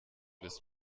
des